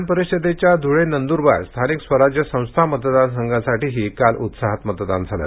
विधान परिषदेच्या धुळे नंदूरबार स्थानिक स्वराज्य संस्था मतदार संघासाठीही काल उत्साहात मतदान झालं